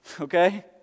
Okay